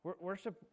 Worship